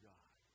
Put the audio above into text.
God